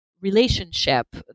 relationship